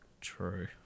True